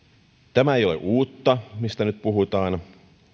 tämä ei ole uutta mistä nyt puhutaan